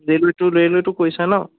ৰেইলৱে'টো ৰেইলৱে'টো কৰিছা ন